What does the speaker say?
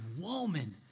woman